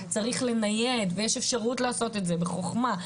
צריך לנייד ויש אפשרות לעשות את זה בחוכמה,